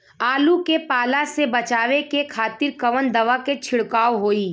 आलू के पाला से बचावे के खातिर कवन दवा के छिड़काव होई?